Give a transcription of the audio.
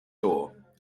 door